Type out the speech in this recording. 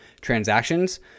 transactions